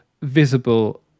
visible